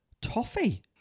toffee